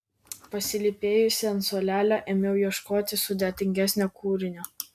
pasilypėjusi ant suolelio ėmiau ieškoti sudėtingesnio kūrinio